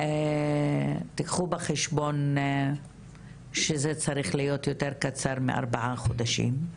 תיקחו בחשבון שזה צריך להיות יותר קצר מארבעה חודשים,